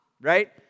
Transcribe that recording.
right